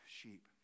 sheep